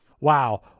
Wow